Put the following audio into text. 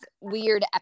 weird